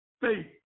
faith